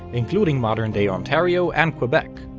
including modern-day ontario and quebec.